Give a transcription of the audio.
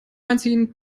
einziehen